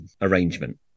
arrangement